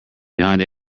behind